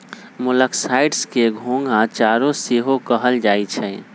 मोलॉक्साइड्स के घोंघा चारा सेहो कहल जाइ छइ